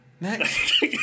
Next